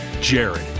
Jared